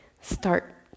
start